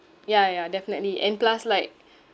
ya ya ya definitely and plus like